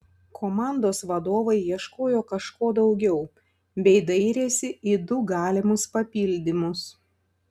komandos vadovai ieškojo kažko daugiau bei dairėsi į du galimus papildymus